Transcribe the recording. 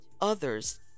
others